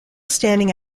standing